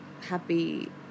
happy